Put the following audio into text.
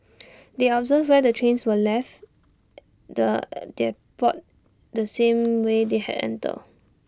they observed where the trains were and left the depot the same way they had entered